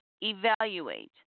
evaluate